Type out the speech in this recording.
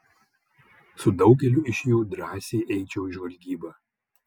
su daugeliu iš jų drąsiai eičiau į žvalgybą